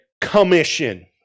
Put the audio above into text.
commission